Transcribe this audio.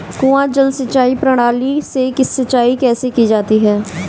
कुआँ जल सिंचाई प्रणाली से सिंचाई कैसे की जाती है?